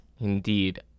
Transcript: Indeed